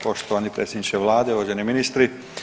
Poštovani predsjedniče Vlade, uvaženi ministri.